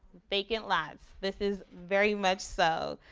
vacant lots. this is very much so.